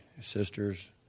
sisters